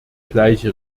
gleiche